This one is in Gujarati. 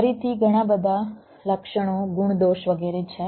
ફરીથી ઘણા બધા લક્ષણો ગુણદોષ વગેરે છે